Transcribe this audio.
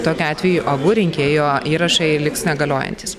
tokiu atveju abu rinkėjo įrašai liks negaliojantys